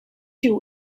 you